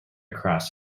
cross